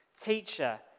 Teacher